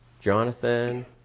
Jonathan